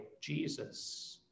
Jesus